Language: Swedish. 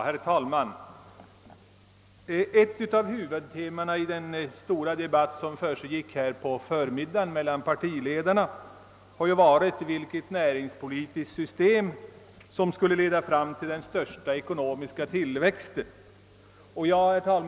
Herr talman! Ett huvudtema i den stora debatt som försiggick här på förmiddagen mellan partiledarna har varit vilket näringspolitiskt system som skulle medföra den största tillväxten för vår ekonomi.